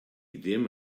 ddim